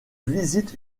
visite